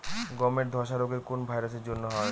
গমের ধসা রোগ কোন ভাইরাস এর জন্য হয়?